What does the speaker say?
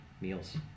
meals